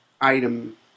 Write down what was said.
item